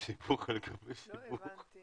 לא הבנתי